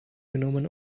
genomen